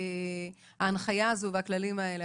ההנחיה הזאת והכללים האלה,